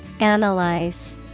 Analyze